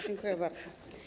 Dziękuję bardzo.